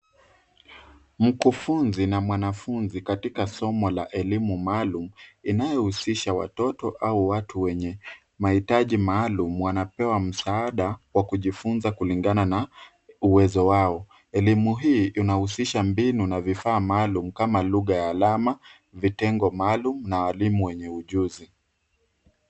Mkufunzi na mwanafunzi katika somo la elimu maalum inayohusisha watoto au watu wenye mahitaji maalum wanapewa msaada wa kujifunza kulingana na uwezo wao. Elimu hii inahusisha mbinu na vifaa maalum kama lugha ya alama, vitengo maalum na walimu wenye ujuzi.